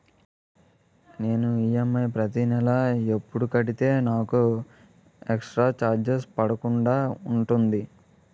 నేను ఈ.ఎం.ఐ ప్రతి నెల ఎపుడు కడితే నాకు ఎక్స్ స్త్ర చార్జెస్ పడకుండా ఉంటుంది?